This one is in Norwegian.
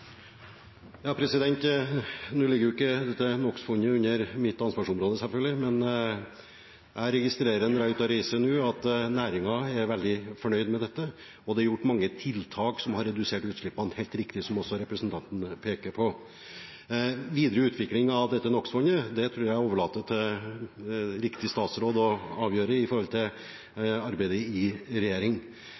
Nå ligger jo ikke NOx-fondet under mitt ansvarsområde selvfølgelig, men jeg registrerer når jeg er ute og reiser nå, at næringen er veldig fornøyd med dette, og det er gjort mange tiltak som har redusert utslippene – som representanten helt riktig peker på. Videre utvikling av dette NOx-fondet tror jeg at jeg overlater til riktig statsråd å avgjøre i forhold til arbeidet i regjering,